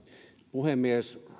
puhemies